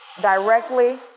directly